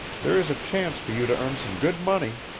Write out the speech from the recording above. there is a chance for you to earn some good money.